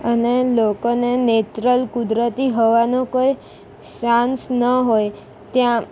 અને લોકોને નેચરલ કુદરતી હવાનું કોઈ સેન્સ ન હોય ત્યાં